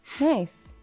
Nice